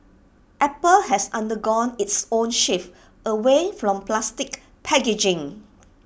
apple has undergone its own shift away from plastic packaging